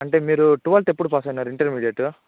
అంటే మీరు ట్వెల్వ్త్ ఎప్పుడు పాస్ అయినారు ఇంటర్మీడియేటు